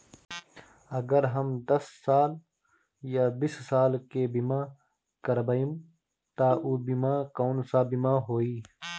अगर हम दस साल या बिस साल के बिमा करबइम त ऊ बिमा कौन सा बिमा होई?